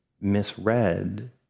misread